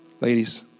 ladies